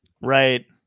Right